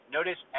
Notice